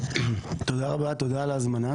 תודה רבה, תודה על ההזמנה.